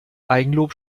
eigenlob